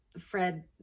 Fred